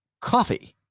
coffee